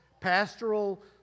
pastoral